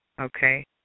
Okay